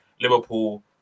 Liverpool